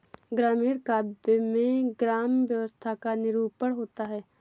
ग्रामीण काव्य में ग्राम्य व्यवस्था का निरूपण होता है